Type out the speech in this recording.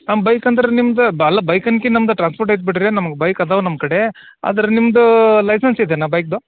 ನಮ್ಮ ಬೈಕ್ ಅಂದ್ರೆ ನಿಮ್ದು ಅಲ್ಲ ಬೈಕಿನ್ಕಿ ನಮ್ದು ಟ್ರಾನ್ಸ್ಪೋರ್ಟ್ ಐತೆ ಬಿಡಿರಿ ನಮ್ಗೆ ಬೈಕ್ ಅದಾವೆ ನಮ್ಮ ಕಡೆ ಆದರೆ ನಿಮ್ದು ಲೈಸೆನ್ಸ್ ಇದೆಯಾ ಬೈಕ್ದು